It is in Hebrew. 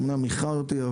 אמנם איחרתי,